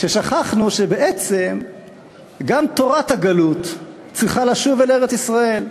ששכחנו שבעצם גם תורת הגלות צריכה לשוב אל ארץ-ישראל,